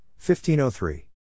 1503